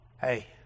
Hey